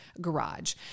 garage